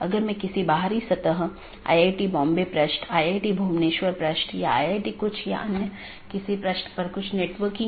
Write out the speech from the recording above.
संचार में BGP और IGP का role BGP border gateway protocol और IGP इंटरनेट गेटवे प्रोटोकॉल